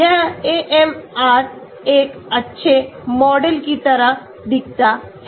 यह AMR एक अच्छे मॉडल की तरह दिखता है